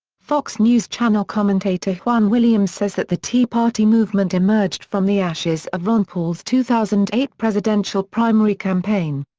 fox news channel commentator juan williams says that the tea party movement emerged from the ashes of ron paul's two thousand and eight presidential primary campaign.